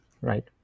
right